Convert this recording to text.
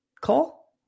call